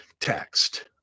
text